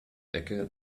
ecke